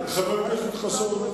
הכנסת חסון,